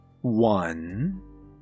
One